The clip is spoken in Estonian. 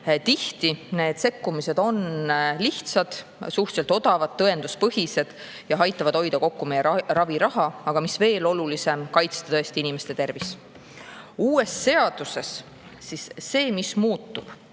Tihti on need sekkumised lihtsad, suhteliselt odavad, tõenduspõhised ja aitavad hoida kokku meie raviraha, aga mis veel olulisem, kaitsta inimeste tervist. Uues seaduses see, mis muutub,